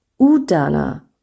Udana